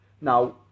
Now